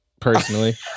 personally